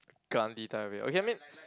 Gandhi type of way okay I mean